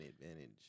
advantage